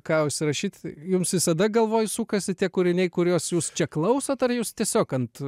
ką užsirašyt jums visada galvoj sukasi tie kūriniai kuriuos jūs čia klausot ar jūs tiesiog ant